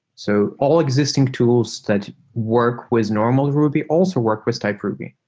so all existing tools that work with normal ruby also work with type ruby.